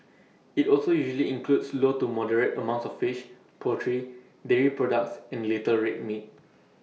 IT also usually includes low to moderate amounts of fish poultry dairy products and little red meat